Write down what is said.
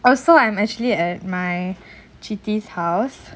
oh so I'm actually at my chithi's house